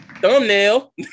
thumbnail